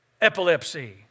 epilepsy